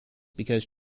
because